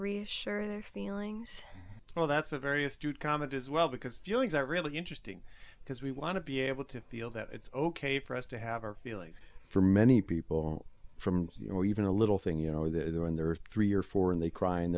reassure their feelings well that's a very astute comment as well because feelings that really interesting because we want to be able to feel that it's ok for us to have our feelings for many people from you know even a little thing you know there when there are three or four and they cry and